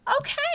Okay